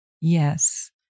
Yes